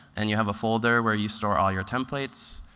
and you have a folder where you store all your templates.